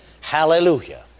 Hallelujah